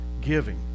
giving